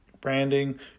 branding